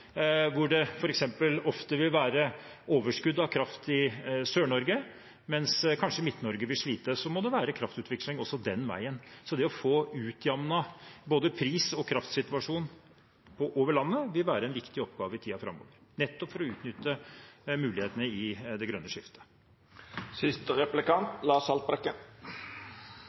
det f.eks. ofte vil være overskudd av kraft i Sør-Norge, mens kanskje Midt-Norge vil slite, må det være kraftutveksling også den veien. Det å få utjevnet både pris og kraftsituasjon over landet vil være en viktig oppgave i tiden framover, nettopp for å utnytte mulighetene i det grønne skiftet.